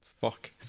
Fuck